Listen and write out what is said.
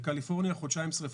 בקליפורניה חודשיים שריפות.